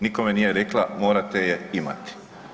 Nikome nije rekla morate je imati.